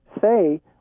say